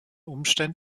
umständen